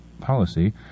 Policy